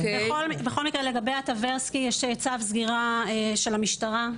בכל מקרה לגבי הטברסקי יש צו סגירה של המשטרה,